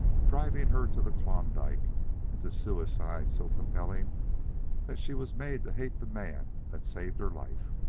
driving her to the klondike and to suicide so compellingly that she was made to hate the man that saved her life.